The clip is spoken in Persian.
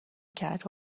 کرده